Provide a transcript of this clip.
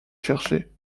chercher